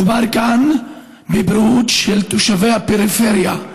מדובר כאן בבריאות של תושבי הפריפריה.